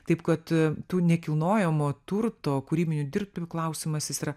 taip kad tų nekilnojamo turto kūrybinių dirbtuvių klausimas jis yra